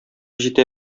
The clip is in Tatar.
җитә